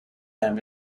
them